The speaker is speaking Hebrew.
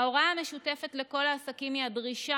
ההוראה המשותפת לכל העסקים היא הדרישה